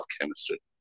chemistry